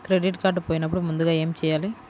Credit card పోయినపుడు ముందుగా ఏమి చేయాలి?